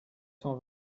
cent